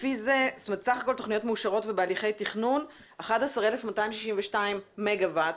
סך הכול תוכניות מאושרות ובהליכי תכנון 11,262 מגה-ואט,